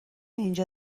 اینجا